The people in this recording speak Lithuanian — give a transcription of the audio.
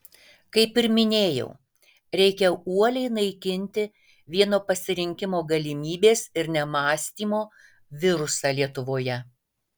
kaip ir minėjau reikia uoliai naikinti vieno pasirinkimo galimybės ir nemąstymo virusą lietuvoje